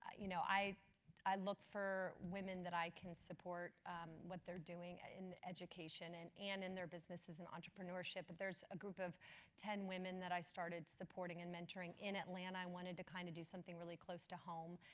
you know i i look for women that i can support what they're doing in education and and in their business as an entrepreneurship. there's a group of ten women that i started supporting and mentoring in atlanta, i wanted to kind of do something really close to home,